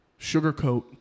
sugarcoat